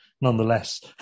Nonetheless